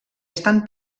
estan